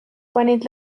panid